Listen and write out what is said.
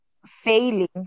failing